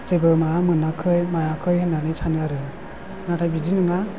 जेबो माबा मोनाखै मायाखै होन्नानै सानो आरो नाथाय बिदि नङा